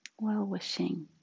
well-wishing